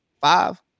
five